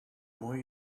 more